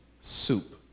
soup